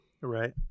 right